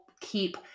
keep